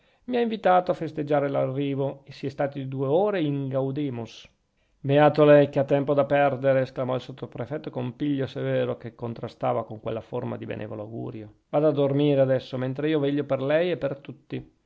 mi ha invitato a festeggiare l'arrivo e si è stati due ore in gaudeamus beato lei che ha tempo da perdere esclamò il sottoprefetto con piglio severo che contrastava con quella forma di benevolo augurio vada a dormire adesso mentre io veglio per lei e per tutti